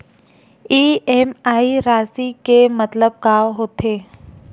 EMI राशि के मतलब का होथे?